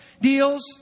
deals